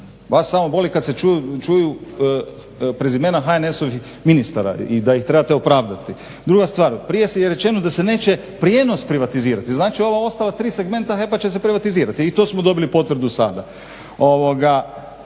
Vas samo boli kad se čuju prezimena HNS-ovih ministara i da ih trebate opravdati. Druga stvar, prije je rečeno da se neće prijenos privatizirati, znači ova ostala tri segmenta HEP-a će se privatizirati i to smo dobili potvrdu sada.